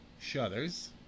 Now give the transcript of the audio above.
shutters